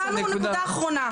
אמרנו נקודה אחרונה.